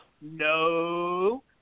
No